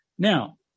Now